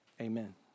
amen